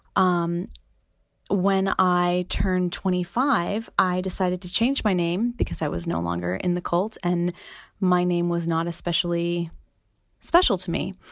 um when i turned twenty five i decided to change my name, because i was no longer in the cult and my name was not especially special to me.